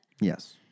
Yes